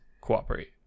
cooperate